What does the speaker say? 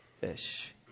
fish